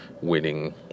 winning